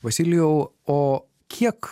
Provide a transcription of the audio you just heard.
vasilijau o kiek